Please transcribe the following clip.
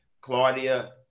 Claudia